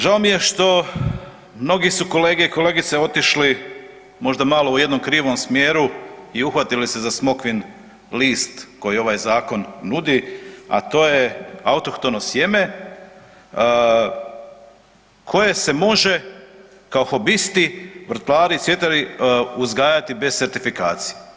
Žao mi je što mnogi su kolegice i kolege otišli, možda malo u jednom krivom smjeru i uhvatili se za smokvin list koji ovaj zakon nudi, a to je autohtono sjeme koje se može kao hobisti, vrtlari … uzgajati bez certifikacije.